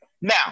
Now